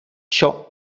ciò